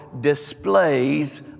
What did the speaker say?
displays